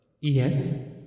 Yes